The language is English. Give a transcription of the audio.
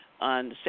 on